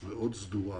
מאוד סדורה.